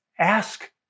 Ask